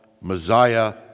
Messiah